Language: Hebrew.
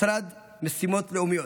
משרד המשימות הלאומיות.